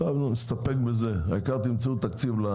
טוב, נסתפק בזה, העיקר תמצאו תקציב.